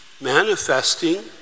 Manifesting